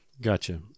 Gotcha